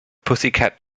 pussycat